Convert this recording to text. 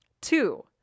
Two